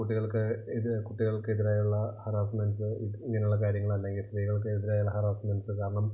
കുട്ടികൾക്ക് ഇത് കുട്ടികൾക്ക് എതിരായുള്ള ഹരാസ്മെൻസ് ഇങ്ങനെയുള്ള കാര്യങ്ങൾ അല്ലെങ്കിൽ സ്ത്രീകൾക്ക് എതിരായുള്ള ഹറാസ്മെൻസ് കാരണം